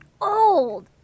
old